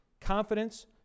confidence